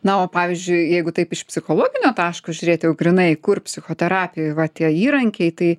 na o pavyzdžiui jeigu taip iš psichologinio taško žiūrėt jau grynai kur psichoterapijoj va tie įrankiai tai